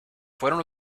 fueron